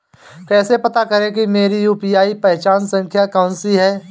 कैसे पता करें कि मेरी यू.पी.आई पहचान संख्या कौनसी है?